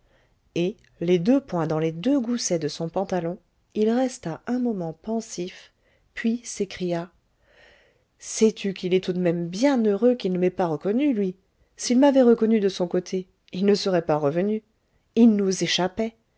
et les deux poings dans les deux goussets de son pantalon il resta un moment pensif puis s'écria sais-tu qu'il est tout de même bien heureux qu'il ne m'ait pas reconnu lui s'il m'avait reconnu de son côté il ne serait pas revenu il nous échappait